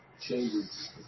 changes